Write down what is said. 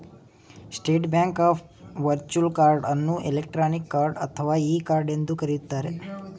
state Bank of virtual card ಅನ್ನು electronic card ಅಥವಾ e card ಎಂದು ಕರೆಯುತ್ತಾರೆ